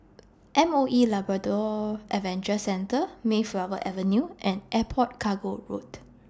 M O E Labrador Adventure Centre Mayflower Avenue and Airport Cargo Road